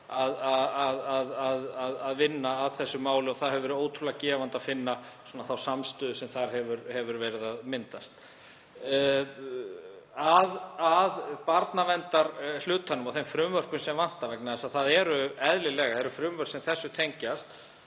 vinnu í þetta mál og hefur verið ótrúlega gefandi að finna þá samstöðu sem þar hefur verið að myndast. Að barnaverndarhlutanum og þeim frumvörpum sem vantar: Eðlilega þarf að leggja fram frumvörp sem þessu tengjast